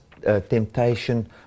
Temptation